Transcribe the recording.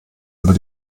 über